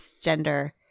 gender